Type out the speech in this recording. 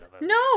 no